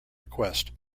request